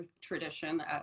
tradition